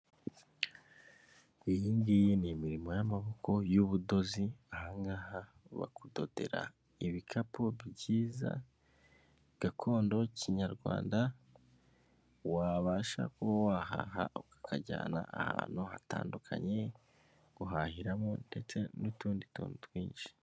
Iyi ngiyi ni imirimo y'amaboko y'ubudozi aha ngaha bakudodera ibikapu byiza gakondo Kinyarwanda wabasha kuba wahaha ukakajyana ahantu hatandukanye guhahiramo ndetse n'utundi tuntu twinshi.